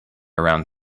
around